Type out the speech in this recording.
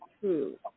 true